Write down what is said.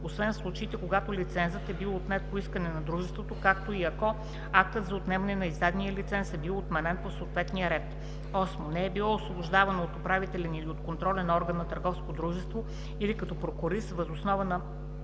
освен в случаите, когато лицензът е бил отнет по искане на дружеството, както и ако актът за отнемане на издадения лиценз е бил отменен по съответния ред; 8. не е било освобождавано от управителен или от контролен орган на търговско дружество или като прокурист въз основа на